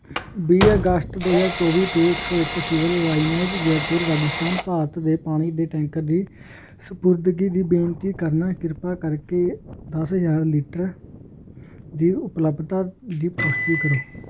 ਵੀਹ ਅਗਸਤ ਦੋ ਹਜ਼ਾਰ ਚੌਵੀ ਤੇ ਇੱਕ ਸੌ ਇੱਕ ਸਿਵਲ ਲਾਈਨਜ਼ ਜੈਪੁਰ ਰਾਜਸਥਾਨ ਭਾਰਤ ਦੇ ਪਾਣੀ ਦੇ ਟੈਂਕਰ ਦੀ ਸਪੁਰਦਗੀ ਦੀ ਬੇਨਤੀ ਕਰਨਾ ਕਿਰਪਾ ਕਰਕੇ ਦਸ ਹਜ਼ਾਰ ਲੀਟਰ ਦੀ ਉਪਲੱਬਧਤਾ ਦੀ ਪੁਸ਼ਟੀ ਕਰੋ